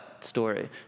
story